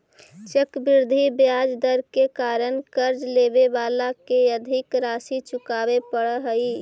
चक्रवृद्धि ब्याज दर के कारण कर्ज लेवे वाला के अधिक राशि चुकावे पड़ऽ हई